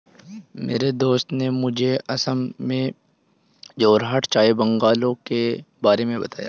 मेरे दोस्त ने मुझे असम में जोरहाट चाय बंगलों के बारे में बताया